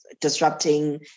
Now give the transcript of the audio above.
disrupting